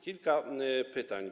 Kilka pytań.